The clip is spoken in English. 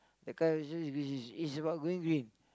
the colour of your shoes is is is about going green